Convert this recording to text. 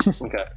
okay